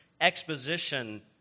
exposition